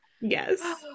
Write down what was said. Yes